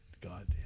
God